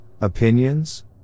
opinions